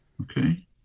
Okay